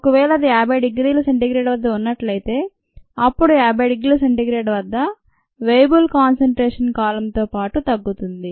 ఒకవేళ అది 50 డిగ్రీల c వద్ద ఉన్నట్లయితే అప్పుడు 50 డిగ్రీల c వద్ద వయబుల్ కాన్సంట్రేషన్ కాలంతో పాటు తగ్గుతుంది